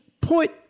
put